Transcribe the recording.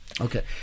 Okay